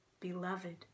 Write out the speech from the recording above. Beloved